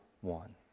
one